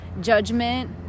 judgment